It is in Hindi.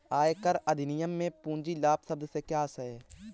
आयकर अधिनियम में पूंजी लाभ शब्द से क्या आशय है?